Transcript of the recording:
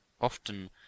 often